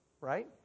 Right